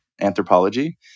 anthropology